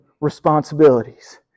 responsibilities